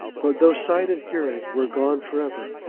but though sight and hearing were gone for ever,